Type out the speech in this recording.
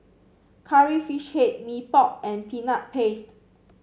Curry Fish Head Mee Pok and Peanut Paste